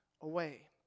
away